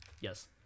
Yes